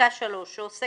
פסקה (3) שעוסקת